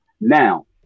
Now